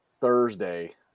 Thursday –